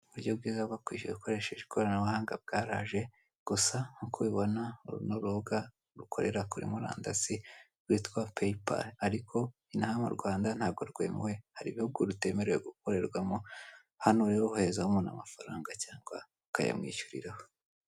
uburyo bwiza bwo kwishyura ukoresheje ikoranabuhanga bwaraje gusa nk'uko ubibona uru ni urubuga rukorera kuri murandasi rwitwa peyipali ariko inaha mu Rwanda ntabwo rwemewe hari n'ibihugu rutemewe gukoreramo hano rero woherereza umuntu amafaranga cyangwa ukaywmwishyuriraho.